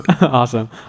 Awesome